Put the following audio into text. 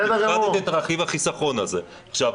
עכשיו,